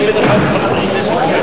סעיף 6, כהצעת הוועדה, נתקבל.